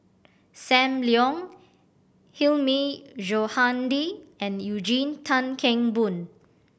Sam Leong Hilmi Johandi and Eugene Tan Kheng Boon